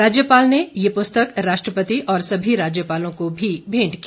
उन्होंने ये पुस्तक राष्ट्रपति और सभी राज्यपालों को भी भेंट की